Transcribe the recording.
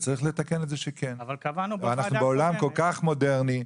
וצריך לתקן את זה שכן, אנחנו בעולם כל כך מודרני,